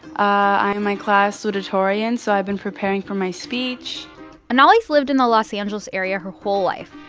i am my class salutatorian, so i've been preparing for my speech anali's lived in the los angeles area her whole life.